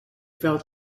felt